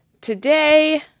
today